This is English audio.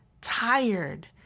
tired